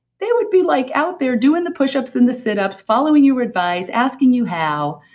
they would be like out there doing the pushups in the sit-ups, following your advice, asking you how.